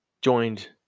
joined